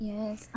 Yes